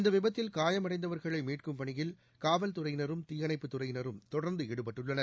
இந்த விபத்தில் காயமடைந்தவர்களை மீட்கும் பணியில் காவல்துறையினரும் தீயணைப்புத் துறையினரும் தொடர்ந்து ஈடுபட்டுள்ளனர்